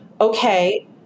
okay